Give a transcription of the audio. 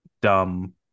dumb